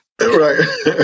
Right